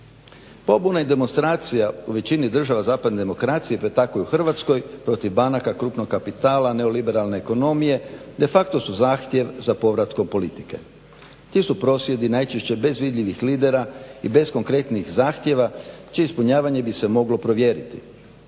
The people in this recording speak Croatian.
Pobuna i demonstracija u većini država zapadne demokracije pa tako i u Hrvatskoj protiv banaka, krupnog kapitala, neoliberalne ekonomije de facto su zahtjev za povratkom politike. Ti su prosvjedi najčešće bez vidljivih lidera i bez konkretnih zahtjeva čije ispunjavanje se moglo provjeriti.